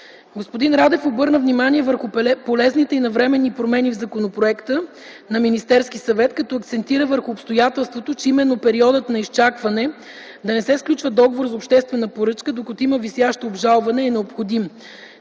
Господин Радев обърна внимание върху полезните и навременни промени в законопроекта на Министерския съвет, като акцентира върху обстоятелството, че именно периодът на изчакване – да не се сключва договор за обществена поръчка, докато има висящо обжалване, е необходим.